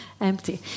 empty